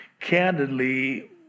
candidly